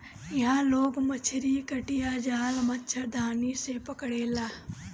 इहां लोग मछरी कटिया, जाल, मछरदानी से पकड़ेला